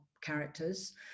characters